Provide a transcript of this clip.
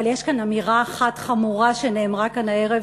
אבל יש אמירה אחת חמורה שנאמרה כאן הערב,